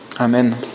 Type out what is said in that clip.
Amen